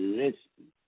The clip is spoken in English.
listen